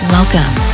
Welcome